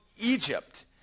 Egypt